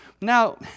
Now